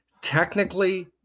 technically